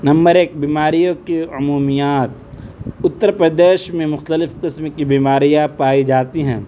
number ایک بیماریوں کی عمومیات اُتّرپردیش میں مختلف قسم کی بیماریاں پائی جاتی ہیں